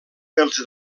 els